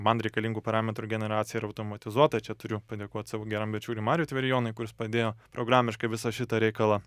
man reikalingų parametrų generacija yra automatizuota čia turiu padėkot savo geram bičiuliui mariui tverijonui kuris padėjo programiškai visą šitą reikalą